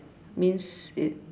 means it